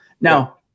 Now